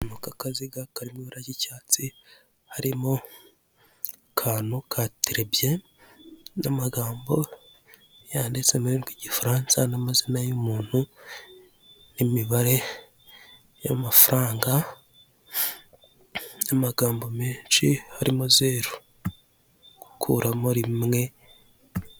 Muri aka kaziga karimo ibara ryi icyatsi harimo akantu ka terebye n'amagambo yanditse mururimi rw’ igifaransa n'amazina y'umuntu, imibare y'amafaranga ama gambogambo menshi harimo zeru gukuramo rimwe